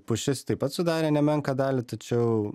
pušis taip pat sudarė nemenką dalį tačiau